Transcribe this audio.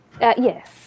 yes